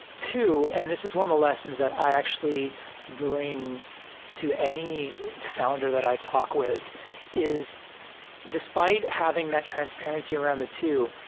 two and this is one of the lessons that i actually bring to any founder that i talk with is despite having that transparency around the two,